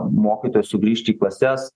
mokytojus sugrįžti į klases